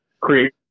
create